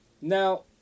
Now